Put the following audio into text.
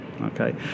Okay